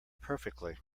perfectly